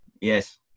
Yes